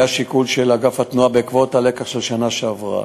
זה היה שיקול של אגף התנועה בעקבות הלקח של שנה שעברה.